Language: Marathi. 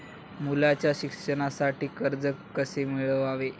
मुलाच्या शिक्षणासाठी कर्ज कसे मिळवावे?